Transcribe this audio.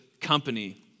company